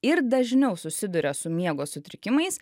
ir dažniau susiduria su miego sutrikimais